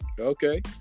Okay